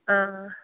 آ